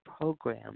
program